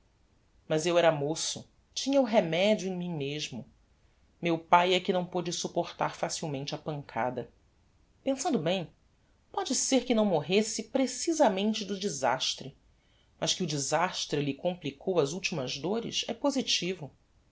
mas eu era moço tinha o remedio em mim mesmo meu pae é que não pôde supportar facilmente a pancada pensando bem pode ser que não morresse precisamente do desastre mas que o desastre lhe complicou as ultimas dores é positivo